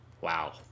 wow